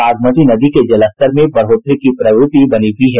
बागमती नदी के जलस्तर में बढ़ोत्तरी की प्रवृत्ति बनी हुई है